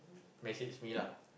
message me lah